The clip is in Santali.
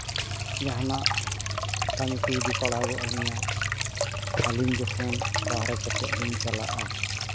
ᱡᱟᱦᱟᱱᱟᱜ ᱠᱟᱹᱢᱤ ᱠᱚ ᱡᱩᱫᱤ ᱯᱟᱲᱟᱣ ᱜᱚᱫ ᱟᱹᱞᱤᱧᱟ ᱟᱹᱞᱤᱧ ᱡᱚᱠᱷᱚᱱ ᱵᱟᱦᱨᱮ ᱠᱚᱥᱮᱡ ᱞᱤᱧ ᱪᱟᱞᱟᱜᱼᱟ